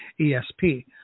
ESP